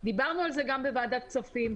דיברנו על זה גם בוועדת הכספים.